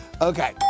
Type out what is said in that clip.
Okay